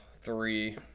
three